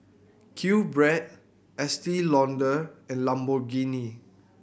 QBread Estee Lauder and Lamborghini